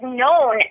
known